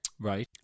Right